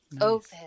Open